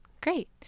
great